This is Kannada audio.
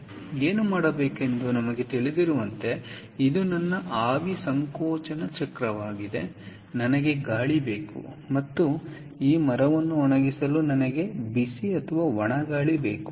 ಆದ್ದರಿಂದ ಏನು ಮಾಡಬೇಕೆಂದು ನಮಗೆ ತಿಳಿದಿರುವಂತೆ ಇದು ನನ್ನ ಆವಿ ಸಂಕೋಚನ ಚಕ್ರವಾಗಿದೆ ನನಗೆ ಗಾಳಿ ಬೇಕು ಮತ್ತು ಈ ಮರವನ್ನು ಒಣಗಿಸಲು ನನಗೆ ಬಿಸಿ ಒಣ ಗಾಳಿ ಬೇಕು